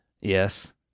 Yes